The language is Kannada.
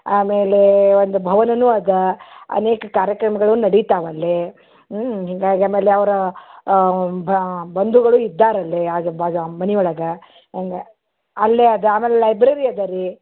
ಆಮೇಲೆ ಒಂದು ಭವನನೂ ಇದೆ ಅನೇಕ ಕಾರ್ಯಕ್ರಮಗಳು ನಡೀತಾವಲ್ಲಿ ಊಂ ಹಿಂಗಾಗಿ ಆಮೇಲೆ ಅವರ ಬಂದುಗಳು ಇದ್ದಾರಲ್ಲಿ ಆಜು ಬಾಜು ಆ ಮನೆಯೊಳಗ ಹಂಗೆ ಅಲ್ಲೇ ಅದು ಆಮೇಲೆ ಲೈಬ್ರೆರಿ ಇದೆ ರ್ರೀ